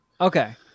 Okay